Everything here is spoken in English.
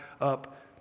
up